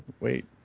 Wait